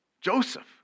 Joseph